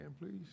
please